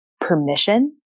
permission